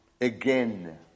again